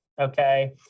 Okay